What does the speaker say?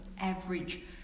average